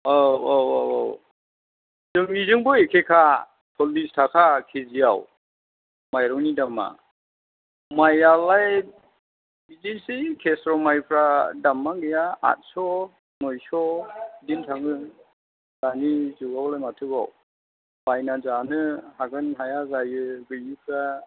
औ औ औ जोंनिजोंबो एखेखा सल्लिस थाखा केजियाव माइरंनि दामआ माइआलाय बिदिनोसै केस्र माइफ्रा दामआनो गैया आठस' नयस' बिदिनो थाङो दानि जुगआवलाय माथोबाव बायनानै जानो हागोन हाया जायो गैयैफ्रा